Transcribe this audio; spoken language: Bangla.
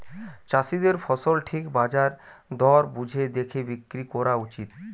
চাষীদের ফসল ঠিক বাজার দর বুঝে দেখে বিক্রি কোরা উচিত